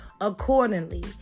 accordingly